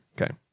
Okay